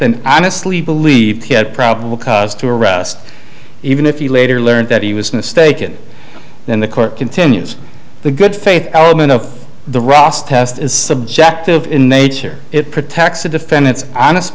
and honestly believed he had probable cause to arrest even if he later learned that he was mistaken in the court continues the good faith element of the ross test is subjective in nature it protects a defendant's honest